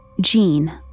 Jean